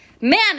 man